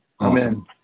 Amen